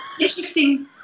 Interesting